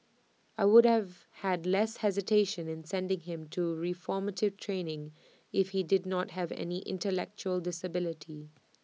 I would have had less hesitation in sending him to reformative training if he did not have any intellectual disability